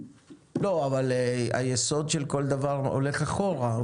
אבל היסוד של כל דבר הולך אחורה.